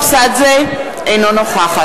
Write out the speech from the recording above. אבל אתה לא מפסיק לצעוק ולהפריע.